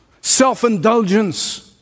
self-indulgence